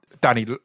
danny